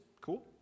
cool